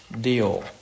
deal